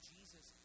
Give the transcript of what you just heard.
Jesus